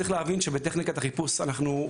צריך להבין שבטכניקת החיפוש אנחנו,